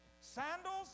sandals